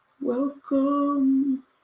Welcome